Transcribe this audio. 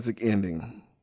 ending